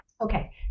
Okay